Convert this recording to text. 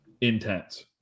intense